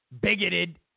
bigoted